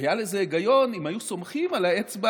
היה לזה היגיון אם היו סומכים על האצבע